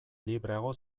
libreago